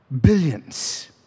Billions